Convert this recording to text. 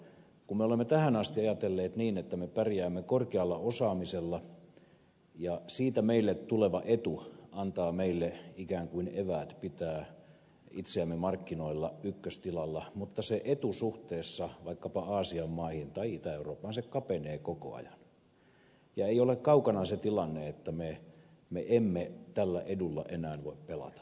me olemme tähän asti ajatelleet niin että me pärjäämme korkealla osaamisella ja siitä meille tuleva etu antaa meille ikään kuin eväät pitää itseämme markkinoilla ykköstilalla mutta se etu suhteessa vaikkapa aasian maihin tai itä eurooppaan se kapenee koko ajan ja ei ole kaukana se tilanne että me emme tällä edulla enää voi pelata